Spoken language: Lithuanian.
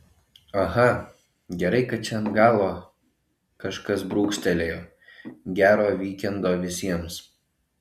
aha gerai kad čia ant galo kažkas brūkštelėjo gero vykendo visiems